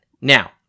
Now